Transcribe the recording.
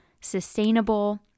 sustainable